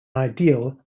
ideal